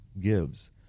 gives